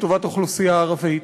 לטובת האוכלוסייה הערבית,